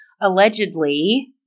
allegedly